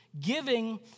Giving